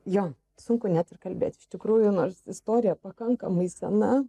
jo sunku net ir kalbėti iš tikrųjų nors istorija pakankamai sena